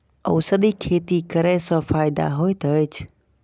औषधि खेती करे स फायदा होय अछि?